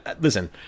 listen